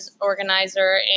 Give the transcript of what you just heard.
organizer